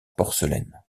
porcelaine